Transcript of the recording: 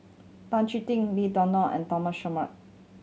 Tan Chee Teck Lim Denan and Denan Singai Mukilan